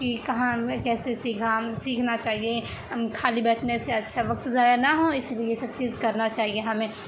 کہ کہاں میں کیسے سیکھا سیکھنا چاہیے خالی بیٹھنے سے اچھا وقت ضائع نہ ہو اس لیے سب چیز کرنا چاہیے ہمیں